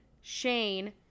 Shane